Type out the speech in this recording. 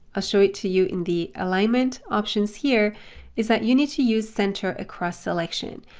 ah show it to you in the alignment options here is that you need to use center across selection,